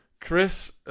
Chris